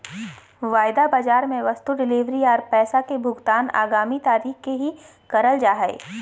वायदा बाजार मे वस्तु डिलीवरी आर पैसा के भुगतान आगामी तारीख के ही करल जा हय